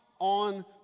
On